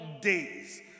days